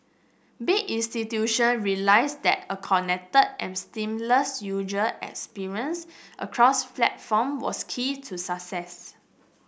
big institution realised that a connected and seamless user experience across platform was key to success